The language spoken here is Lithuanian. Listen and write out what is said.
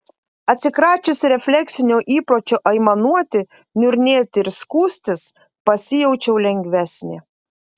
atsikračiusi refleksinio įpročio aimanuoti niurnėti ir skųstis pasijaučiau lengvesnė